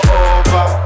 over